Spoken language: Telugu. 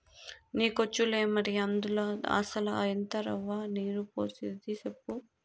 నీకొచ్చులే మరి, అందుల అసల ఎంత రవ్వ, నీరు పోసేది సెప్పు